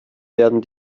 werden